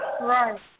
Right